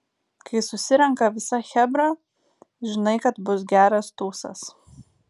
kai susirenka visa chebra žinai kad bus geras tūsas